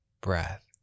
breath